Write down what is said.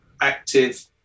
active